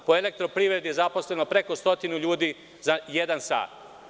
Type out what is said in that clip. U Elektroprivredi je zaposleno preko stotinu ljudi za jedan sat.